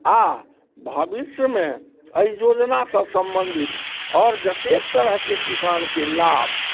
आ भविष्यमे एहि जोजनासँ सम्बन्धित आओर जतेक तरहके किसानके लाभ